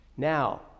Now